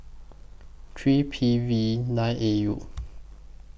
three P V nine A U